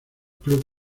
club